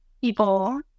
people